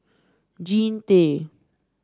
Jean Tay